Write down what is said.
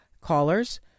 callers